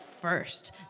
first